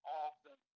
often